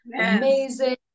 amazing